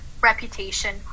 reputation